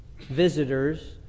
visitors